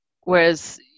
whereas